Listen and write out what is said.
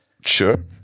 Sure